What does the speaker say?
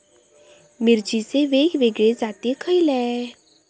मिरचीचे वेगवेगळे जाती खयले?